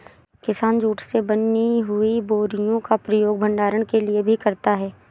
किसान जूट से बनी हुई बोरियों का प्रयोग भंडारण के लिए भी करता है